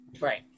Right